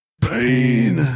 Pain